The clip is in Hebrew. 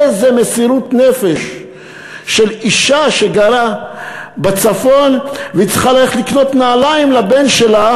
איזו מסירות נפש של אישה שגרה בצפון וצריכה ללכת לקנות נעליים לבן שלה.